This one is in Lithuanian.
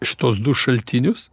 šituos du šaltinius